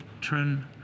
turn